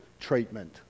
treatment